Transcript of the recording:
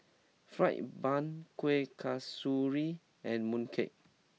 Fried Bun Kuih Kasturi and Mooncake